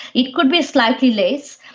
it could be slightly less,